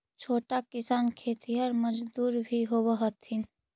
छोटा किसान खेतिहर मजदूर भी होवऽ हथिन